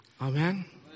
Amen